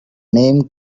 name